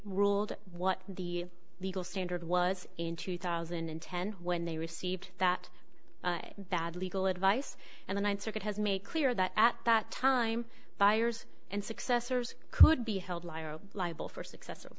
ruled what the legal standard was in two thousand and ten when they received that bad legal advice and the ninth circuit has made clear that at that time buyers and successors could be held liable for successor